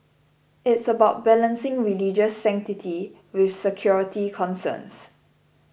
it's about balancing religious sanctity with security concerns